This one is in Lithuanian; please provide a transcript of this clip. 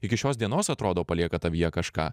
iki šios dienos atrodo palieka tavyje kažką